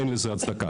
אין לזה הצדקה.